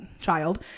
child